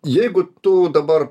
jeigu tu dabar